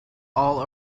all